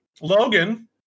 Logan